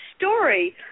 story